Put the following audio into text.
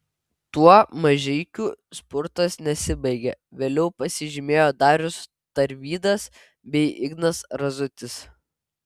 tuo mažeikių spurtas nesibaigė vėliau pasižymėjo darius tarvydas bei ignas razutis